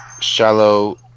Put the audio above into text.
shallow